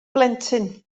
blentyn